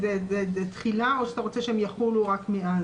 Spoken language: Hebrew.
השאלה אם זה תחילה, או שהם יחולו רק מאז?